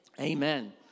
Amen